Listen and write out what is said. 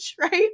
Right